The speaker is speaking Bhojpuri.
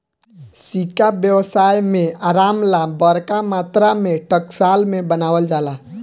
सिक्का व्यवसाय में आराम ला बरका मात्रा में टकसाल में बनावल जाला